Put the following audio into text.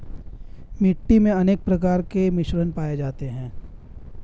मिट्टी मे अनेक प्रकार के मिश्रण पाये जाते है